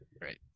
right